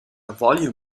volume